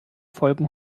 folgen